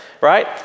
right